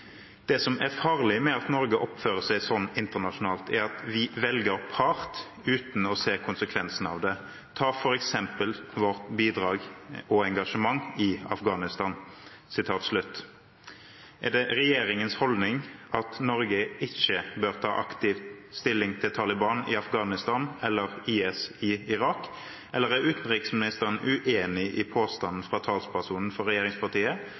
som er farlig med at Norge oppfører seg sånn internasjonalt er at vi velger part, uten å se konsekvensene av det. Ta for eksempel vårt bidrag og engasjement i Afghanistan.» Er det regjeringas holdning at Norge ikke bør ta aktivt stilling til Taliban i Afghanistan eller til IS i Irak, eller er utenriksministeren uenig i påstanden fra